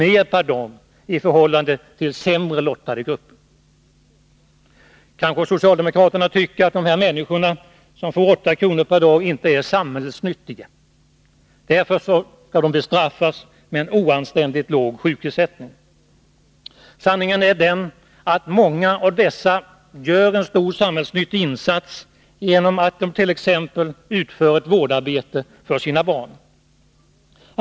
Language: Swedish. mer per dag än sämre lottade människor. Kanske socialdemokraterna tycker att de människor som får 8 kr. per dag inte är samhällsnyttiga och därför skall bestraffas med en oanständigt låg sjukersättning. Sanningen är att många av dessa människor gör en stor och samhällsnyttig insats genom att t.ex. vårda sina barn i hemmet.